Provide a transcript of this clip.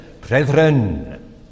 brethren